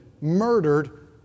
murdered